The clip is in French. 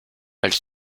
elles